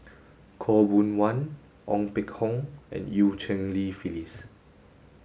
Khaw Boon Wan Ong Peng Hock and Eu Cheng Li Phyllis